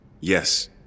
Yes